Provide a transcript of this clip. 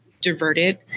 diverted